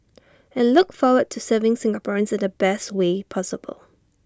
and look forward to serving Singaporeans in the best way possible